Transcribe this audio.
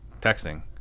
texting